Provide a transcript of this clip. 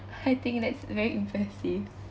I think that's very impressive